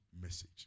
message